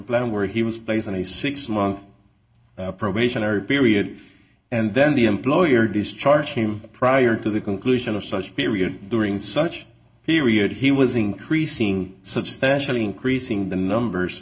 plan where he was placed on a six month probationary period and then the employer discharged him prior to the conclusion of such a period during such a period he was increasing substantially increasing the numbers